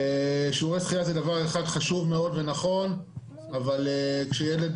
שיעורי שחייה זה דבר חשוב מאוד ונכון אבל כשילד